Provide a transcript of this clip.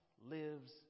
lives